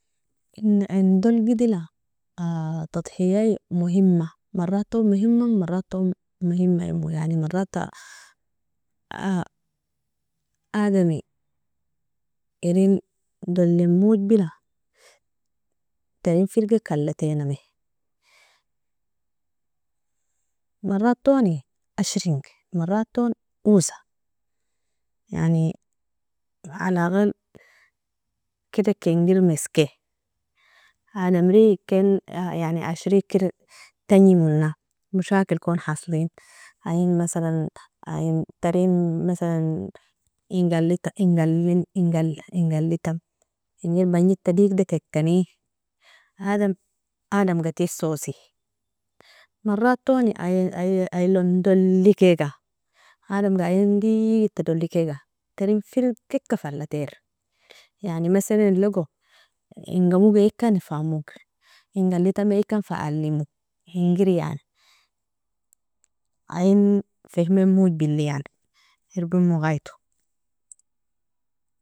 - indolgidila tadhiyai mohima, maraton mohima maraton mohimaimo yani marata aadami erindolin mojbila tainifirgalatainame, maratatoni ashring marataton osa, yani alagal kedik ingir meske adamri ken yani ashriker tanjimona mashakelkon haslin, ein masalan tarin masalan ingalita ingal ingalitam inger banjedta digdakikani adam adamga tisosi, maratoni ayilondolikiga adamga ayin digita dolikiga tarinfirgika fa alatere, yani meselenilogo inga mogaikani famogr ingalitamikan fa alimo ingiri yani ayin fehmen mojbili yani iribemo gaito.